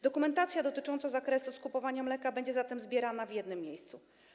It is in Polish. Dokumentacja dotycząca zakresu skupowania mleka będzie zatem zbierana w jednym miejscu.